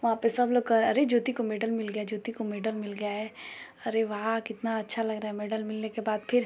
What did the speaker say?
वहाँ पर सब लोग कहे अरे ज्योति को मेडल मिल गया ज्योति को मेडल मिल गया है अरे वाह कितना अच्छा लग रहा है मेडल मिलने के बाद फिर